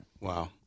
Wow